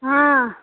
हँ